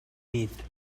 nit